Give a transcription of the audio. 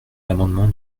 l’amendement